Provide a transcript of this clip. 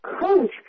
coach